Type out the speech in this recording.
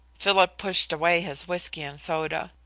philip pushed away his whisky and soda.